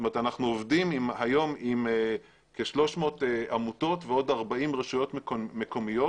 אנחנו עובדים היום עם כ-300 עמותות ועוד 40 רשויות מקומיות